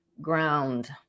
ground